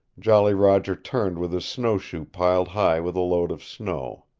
jolly roger turned with his snowshoe piled high with a load of snow.